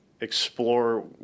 explore